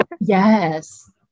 Yes